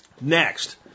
Next